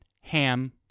ham